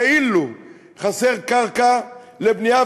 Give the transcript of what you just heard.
כאילו חסרה קרקע לבנייה,